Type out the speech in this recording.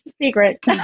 secret